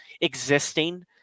existing